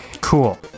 Cool